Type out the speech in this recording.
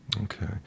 Okay